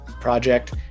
project